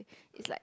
is like